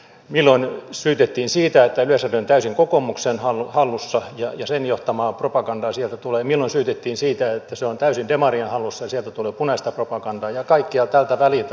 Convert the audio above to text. milloin syytettiin siitä että yleisradio on täysin kokoomuksen hallussa ja sen johtamaa propagandaa sieltä tulee milloin syytettiin siitä että se on täysin demarien hallussa ja sieltä tulee punaista propagandaa ja kaikkea tältä väliltä